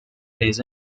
les